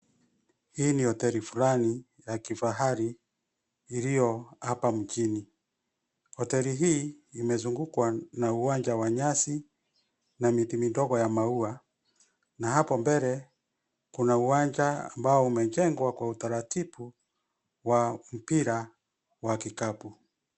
Hii ni hoteli fulani ya kifahari, iliyo hapa mjini, hoteli hii imezungukwa na uwanja wa nyasi, na miti midogo ya maua, na hapo mbele, kuna uwanja ambao umejengwa kwa utaratibu, wa mpira, wa kikapu.